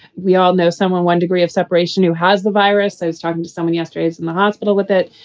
we all know someone. one degree of separation who has the virus. i was talking to someone yesterday is in the hospital with it.